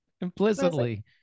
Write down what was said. implicitly